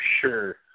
sure